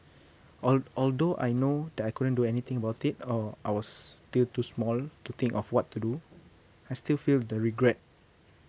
al~ although I know that I couldn't do anything about it or I was still too small to think of what to do I still feel the regret